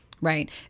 Right